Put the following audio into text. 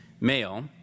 male